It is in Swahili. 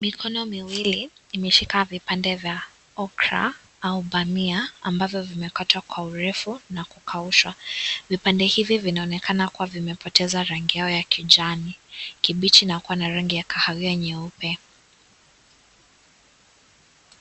Mikono miwili imeshika vipande vya Okra au pamia ambazo zimekatwa kwa urefu na kukaushwa. Vipande hivi vinaonekana kuwa vimepoteza rangi yao ya kijani kibichi na kuwa na rangi ya kahawia nyeupe.